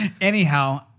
anyhow